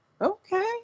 Okay